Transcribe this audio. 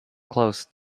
close